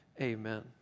Amen